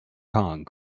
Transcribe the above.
kong